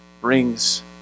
brings